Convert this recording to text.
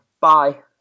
Bye